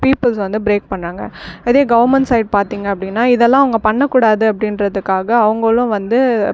peoples வந்து break பண்ணுறாங்க இதே கவுர்மண்ட் சைட் பார்த்தீங்க அப்படின்னா இதெல்லாம் அவங்க பண்ணக்கூடாது அப்படின்றதுக்காக அவங்களும் வந்து